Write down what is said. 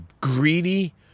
greedy